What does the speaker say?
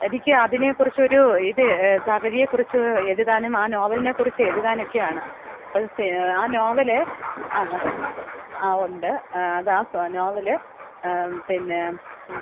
എനിക്ക് അതിനെ കുറിച്ചൊരു ഇത് തകഴിയെ കുറിച്ച് എഴുതാനും ആ നോവലിനെ കുറിച്ചെഴുതാനൊക്കെയാണ് എടുത്തേ ആ നോവല് ആ ആ ഉണ്ട് അതാ നോവല് പിന്നെ മ്മ്